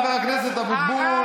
חבר הכנסת אבוטבול,